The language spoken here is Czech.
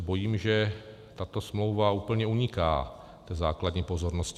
Bojím se, že tato smlouva úplně uniká základní pozornosti.